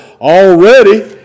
already